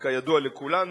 כידוע לכולנו,